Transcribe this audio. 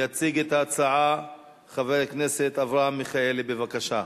יציג את ההצעה חבר הכנסת אברהם מיכאלי, בבקשה.